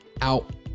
out